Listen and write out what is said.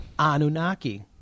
Anunnaki